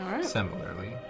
Similarly